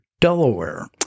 Delaware